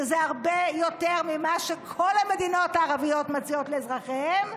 שזה הרבה יותר ממה שכל המדינות הערביות מציעות לאזרחיהן,